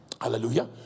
hallelujah